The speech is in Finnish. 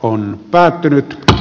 on päättynyt